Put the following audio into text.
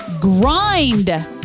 grind